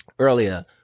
Earlier